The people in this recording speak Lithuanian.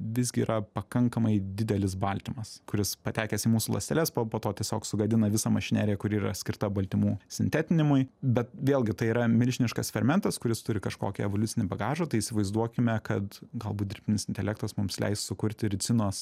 visgi yra pakankamai didelis baltymas kuris patekęs į mūsų ląsteles po po to tiesiog sugadina visą mašinėlę kuri yra skirta baltymų sintetinimui bet vėlgi tai yra milžiniškas fermentas kuris turi kažkokį evoliucinį bagažą tai įsivaizduokime kad galbūt dirbtinis intelektas mums leis sukurti ricinos